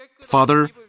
Father